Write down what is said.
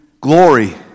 glory